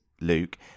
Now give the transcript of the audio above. luke